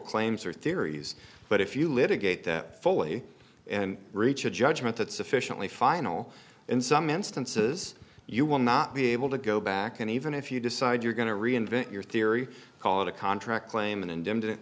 claims or theories but if you litigate that fully and reach a judgment that sufficiently final in some instances you will not be able to go back and even if you decide you're going to reinvent your theory call it a contract claim an in